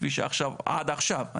כפי שעד עכשיו,